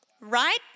Right